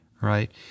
right